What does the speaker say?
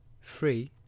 free